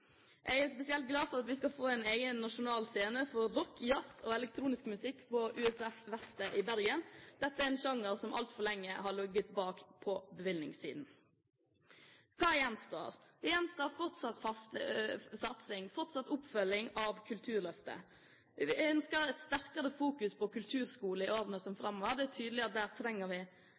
Jeg er spesielt glad for at vi skal få en egen nasjonal scene for rock, jazz og elektronisk musikk på USF Verftet i Bergen. Dette er en sjanger som altfor lenge har ligget etter på bevilgningssiden. Hva gjenstår? Det gjenstår fortsatt oppfølging av Kulturløftet. Vi ønsker en sterkere fokusering på kulturskolen i årene framover. Det er tydelig at der trenger vi